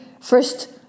First